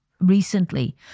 recently